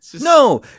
No